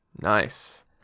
Nice